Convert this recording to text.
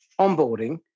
onboarding